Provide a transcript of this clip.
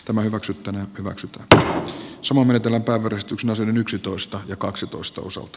tämä hyväksyttäneen hyväksytyt tö salon eteläpää verestyksen osumin yksitoista ja kaksitoista museot